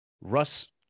russ